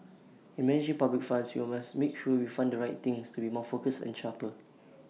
in managing public funds we must make sure we fund the right things to be more focused and sharper